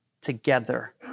together